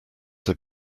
had